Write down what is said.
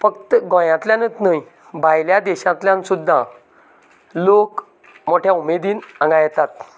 फक्त गोंयांतल्यानच न्हय भायल्या देशांतल्यान सुद्दां लोक मोठ्या उमेदीन हांगां येतात